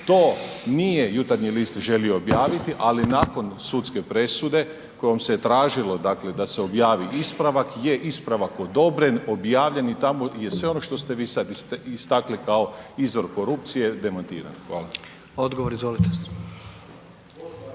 to nije Jutarnji list želio objaviti, ali nakon sudske presude kojom se je tražilo dakle da se objavi ispravak je ispravak odobren, objavljen i tamo je sve ono što ste vi sad istakli kao izvor korupcije, demantirano. Hvala. **Jandroković,